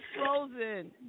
frozen